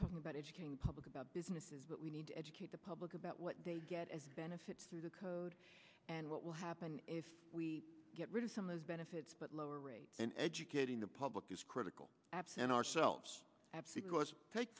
talking about educating the public about businesses that we need to educate the public about what they get as the benefits to the code and what will happen if we get rid of some of the benefits but lower rates and educating the public is critical absent ourselves